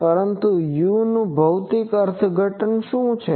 પરંતુ uનુ ભૌતિક અર્થઘટન શું છે